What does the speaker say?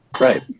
Right